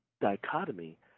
dichotomy